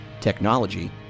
technology